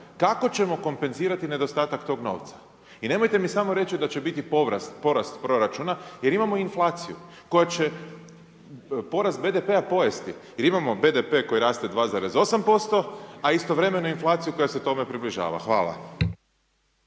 kako ćemo kompenzirati nedostatak tog novca. I nemojte mi samo reći da će biti porast proračuna jer imamo inflaciju koja će porast BDP-a pojesti jer imamo BDP koji raste 2,8%, a istovremenu inflaciju koja se tome približava. Hvala.